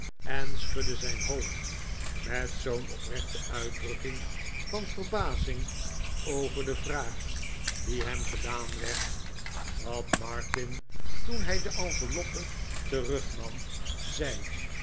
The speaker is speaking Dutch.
en schudde zijn hoofd met zoo'n oprechte uitdrukking van verbazing qver de vraag die hem gedaan werd dat martin toen hij de enveloppe terugnam zei